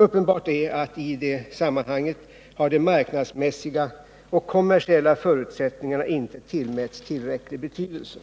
Uppenbart är att i det sammanhanget har de marknadsmässiga och kommersiella förutsättningarna inte tillmätts tillräcklig betydelse.